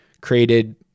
created